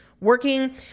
working